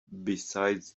besides